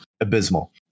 abysmal